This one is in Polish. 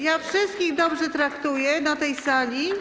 Ja wszystkich dobrze traktuję na tej sali.